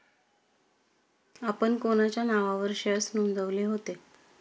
आपण कोणाच्या नावावर शेअर्स नोंदविले होते?